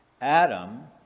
Adam